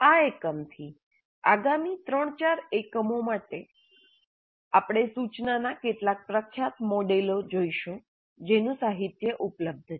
આ એકમથી આગામી 3 4 એકમો માટે આપણે સૂચનાના કેટલાક પ્રખ્યાત મોડેલો જોઈશું જેનું સાહિત્ય ઉપલબ્ધ છે